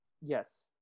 yes